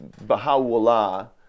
Baha'u'llah